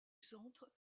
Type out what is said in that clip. centre